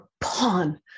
pawn